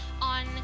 on